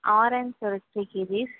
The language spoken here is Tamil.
ஆரஞ் ஒரு த்ரீ கேஜிஸ்